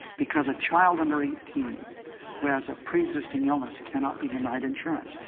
because a child under eighteen who has a pre-existing illness cannot be denied insurance.